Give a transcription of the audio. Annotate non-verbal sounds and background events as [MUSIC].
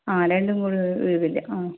ആ രണ്ടും കൂടി [UNINTELLIGIBLE] ആ